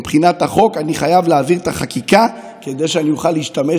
מבחינת החוק אני חייב להעביר את החקיקה כדי שאני אוכל להשתמש